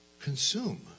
consume